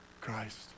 Christ